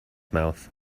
mouth